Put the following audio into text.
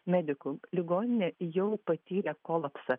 medikų ligoninė jau patyrė kolapsą